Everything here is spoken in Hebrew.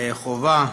חובה,